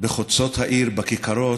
בחוצות העיר, בכיכרות,